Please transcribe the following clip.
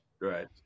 right